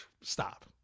Stop